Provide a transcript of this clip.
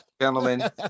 Gentlemen